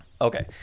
Okay